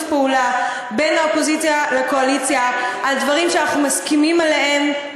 פעולה בין האופוזיציה לקואליציה על דברים שאנחנו מסכימים עליהם,